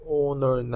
owner